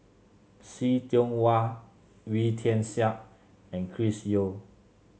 See Tiong Wah Wee Tian Siak and Chris Yeo